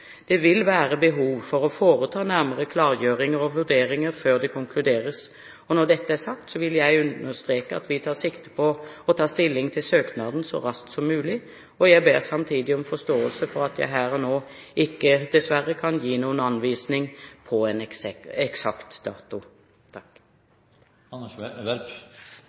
Det vil være behov for å foreta nærmere klargjøringer og vurderinger før det konkluderes. Når dette er sagt, vil jeg understreke at vi tar sikte på å ta stilling til søknaden så raskt som mulig. Jeg ber samtidig om forståelse for at jeg her og nå dessverre ikke kan gi noen anvisning på en eksakt dato.